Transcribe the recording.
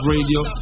Radio